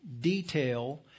detail